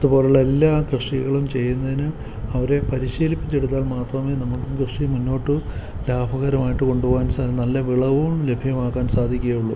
അതുപോലെയുള്ള എല്ലാ കൃഷികളും ചെയ്യുന്നതിന് അവരെ പരിശീലിപ്പിച്ചെടുത്താൽ മാത്രമേ നമുക്കും കൃഷി മുന്നോട്ട് ലാഭകരമായിട്ട് കൊണ്ടുപോവാൻ നല്ല വിളവും ലഭ്യമാക്കാൻ സാധിക്കുകയുള്ളു